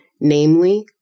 namely